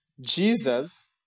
Jesus